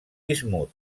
bismut